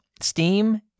Steam